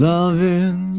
Loving